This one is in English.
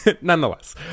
nonetheless